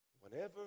Whenever